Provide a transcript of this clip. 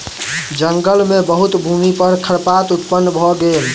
जंगल मे बहुत भूमि पर खरपात उत्पन्न भ गेल